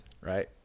Right